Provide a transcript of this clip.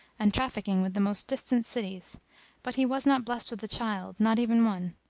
and trafficking with the most distant cities but he was not blessed with a child, not even one.